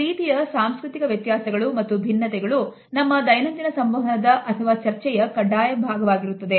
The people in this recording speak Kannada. ಈ ರೀತಿಯ ಸಾಂಸ್ಕೃತಿಕ ವ್ಯತ್ಯಾಸಗಳು ಮತ್ತು ವಿಭಿನ್ನತೆಗಳು ನಮ್ಮ ದೈನಂದಿನ ಸಂವಹನದ ಅಥವಾ ಚರ್ಚೆಯ ಕಡ್ಡಾಯ ಭಾಗವಾಗಿರುತ್ತದೆ